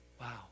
Wow